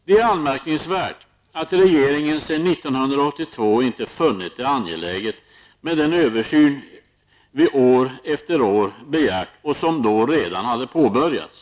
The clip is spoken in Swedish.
Det är anmärkningsvärt att regeringen sedan 1982 inte har funnit det angeläget med den översyn som vi år efter år begärt och som då redan hade påbörjats.